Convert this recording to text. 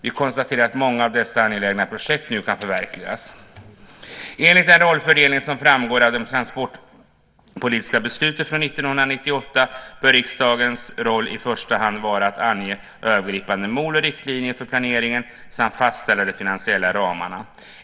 Vi konstaterar att många av dessa angelägna projekt nu kan förverkligas. Enligt den rollfördelning som framgår av det transportpolitiska beslutet från 1998 bör riksdagens roll i första hand vara att ange övergripande mål och riktlinjer för planeringen samt fastställa de finansiella ramarna.